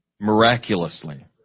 miraculously